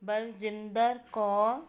Baljinder Kaur